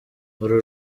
uru